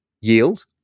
yield